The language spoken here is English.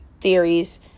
theories